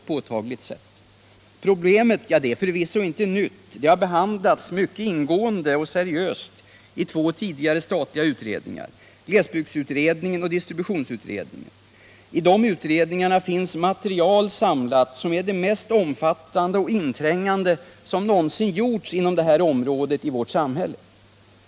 Problemet är förvisso inte nytt, det har behandlats mycket ingående och seriöst i två tidigare statliga utredningar, glesbygdsutredningen och distributionsutredningen. I dessa utredningar finns material samlat som är det mest omfattande och inträngande som någonsin gjorts inom detta område i samhället.